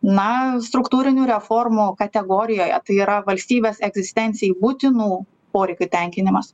na struktūrinių reformų kategorijoje tai yra valstybės egzistencijai būtinų poreikių tenkinimas